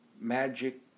magic